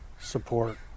Support